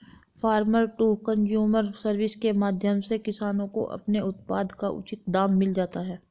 farmer to consumer service के माध्यम से किसानों को अपने उत्पाद का उचित दाम मिल जाता है